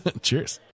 Cheers